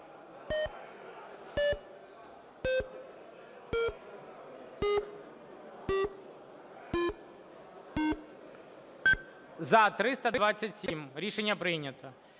За-327 Рішення прийнято.